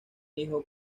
hijo